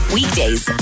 weekdays